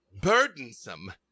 burdensome